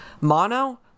mono